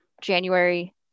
January